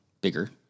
bigger